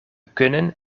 kunnen